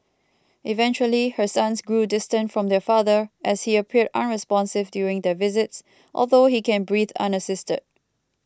eventually her sons grew distant from their father as he appeared unresponsive during their visits although he can breathe unassisted